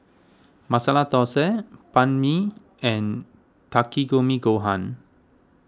Masala Dosa Banh Mi and Takikomi Gohan